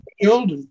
killed